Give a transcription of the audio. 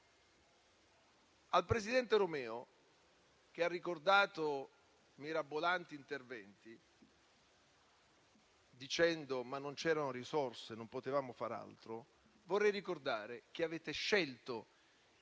Al presidente Romeo, che ha ricordato mirabolanti interventi, dicendo che non c'erano risorse e che non potevano far altro, vorrei ricordare che avete scelto